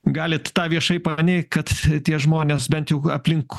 galit tą viešai paneigt kad tie žmonės bent jau aplink